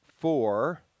four